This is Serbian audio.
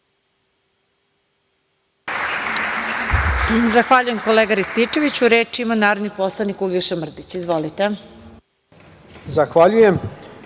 Zahvaljujem kolega Ristićeviću. Reč ima narodni poslanik Uglješa Mrdić. Izvolite. **Uglješa